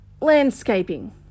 landscaping